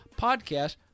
podcast